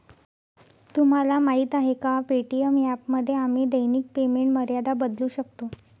तुम्हाला माहीत आहे का पे.टी.एम ॲपमध्ये आम्ही दैनिक पेमेंट मर्यादा बदलू शकतो?